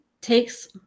takes